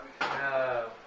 No